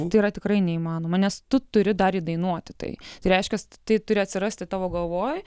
tai yra tikrai neįmanoma nes tu turi dar įdainuoti tai tai reiškias tai turi atsirasti tavo galvoj